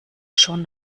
schon